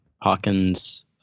Hawkins